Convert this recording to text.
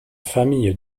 famille